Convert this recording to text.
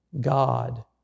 God